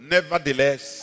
Nevertheless